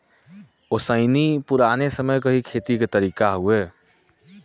ओसैनी पुराने समय क ही खेती क तरीका हउवे